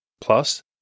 Plus